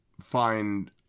find